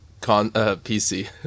pc